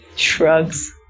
Shrugs